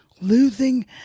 losing